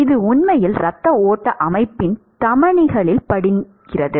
இது உண்மையில் இரத்த ஓட்ட அமைப்பின் தமனிகளில் படிகிறது